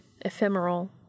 ephemeral